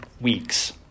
weeks